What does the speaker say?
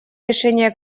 решения